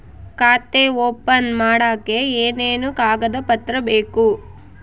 ಖಾತೆ ಓಪನ್ ಮಾಡಕ್ಕೆ ಏನೇನು ಕಾಗದ ಪತ್ರ ಬೇಕು?